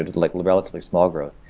like relatively small growth,